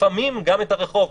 לפעמים גם את הרחוב.